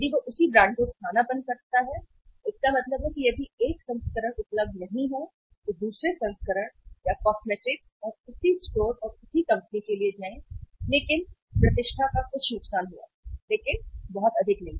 यदि वह उसी ब्रांड को स्थानापन्न करता है तो इसका मतलब है कि यदि एक संस्करण उपलब्ध नहीं है तो दूसरे संस्करण या कॉस्मेटिक और उसी स्टोर और उसी कंपनी के लिए जाएं लेकिन प्रतिष्ठा का कुछ नुकसान हुआ लेकिन बहुत अधिक नहीं